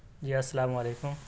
جی السّلام علیکم